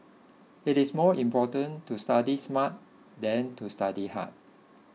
it is more important to study smart than to study hard